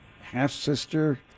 half-sister